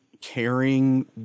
caring